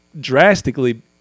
drastically